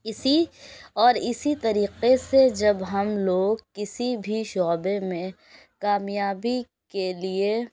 اسی اور اسی طریقے سے جب ہم لوگ کسی بھی شعبے میں کامیابی کے لیے